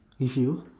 with you